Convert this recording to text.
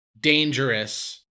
dangerous